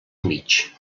mig